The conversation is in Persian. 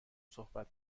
صحبت